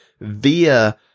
via